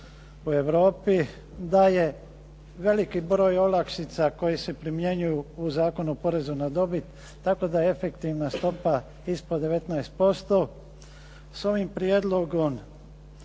u Europi, da je veliki broj olakšica koji se primjenjuju u Zakonu o porez na dobit, tako da efektivna stopa ispod 19%. S ovim prijedlogom